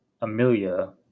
Amelia